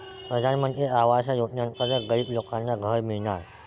प्रधानमंत्री आवास योजनेअंतर्गत गरीब लोकांना घरे मिळणार